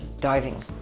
diving